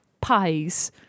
pies